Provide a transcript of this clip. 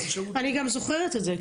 אני גם זוכרת את זה,